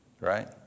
right